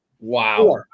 Wow